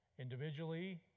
individually